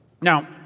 Now